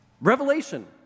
Revelation